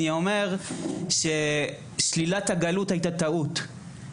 אני אומר ששלילת הגלות הייתה טעות,